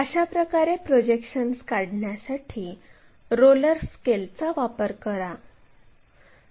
अशा प्रकारे प्रोजेक्शन्स काढण्यासाठी रोलर स्केलचा वापर करा